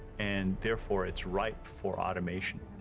and therefore, it's ripe for automation.